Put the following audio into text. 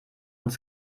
ans